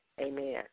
Amen